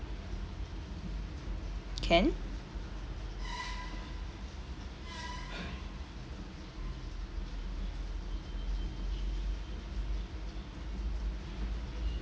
can